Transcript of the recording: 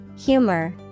Humor